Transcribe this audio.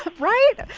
um right.